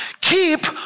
keep